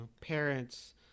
parents